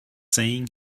saying